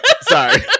Sorry